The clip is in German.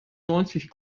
neunzig